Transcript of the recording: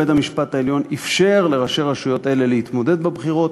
בית-המשפט העליון אפשר לראשי רשויות אלה להתמודד בבחירות,